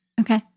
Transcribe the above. Okay